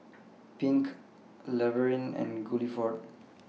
Pink Laverne and Guilford